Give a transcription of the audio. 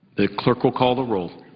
the clerk will call the roll.